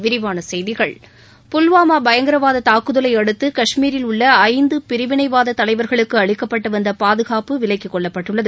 விரிவான செய்திகள் புல்வாமா பயங்கரவாத தாக்குதலை அடுத்து காஷ்மீரில் உள்ள ஐந்து பிரிவினைவாத தலைவர்களுக்கு அளிக்கப்பட்டு வந்த பாதுகாப்பு விலக்கிக் கொள்ளப்பட்டுள்ளது